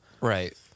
Right